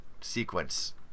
sequence